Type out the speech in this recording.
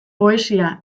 poesia